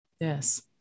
yes